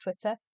Twitter